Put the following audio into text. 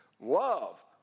love